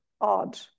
odd